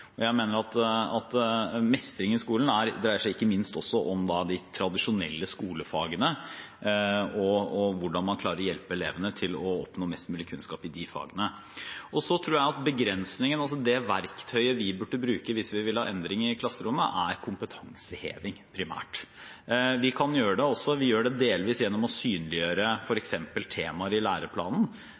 Jeg mener at mestring i skolen dreier seg ikke minst også om de tradisjonelle skolefagene og hvordan man klarer å hjelpe elevene til å oppnå mest mulig kunnskap i de fagene. Så tror jeg at det verktøyet vi burde bruke hvis vi ville ha endring i klasserommet, er kompetanseheving, primært. Vi kan også gjøre det – vi gjør det delvis – gjennom å synliggjøre f.eks. temaer i læreplanen,